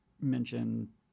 mention